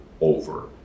over